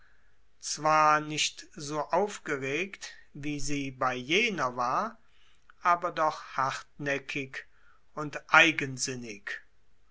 zwar nicht so aufgeregt wie sie bei jener war aber hartnäckig und eigensinnig